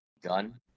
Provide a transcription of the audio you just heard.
Gun